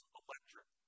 electric